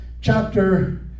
chapter